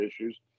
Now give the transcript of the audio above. issues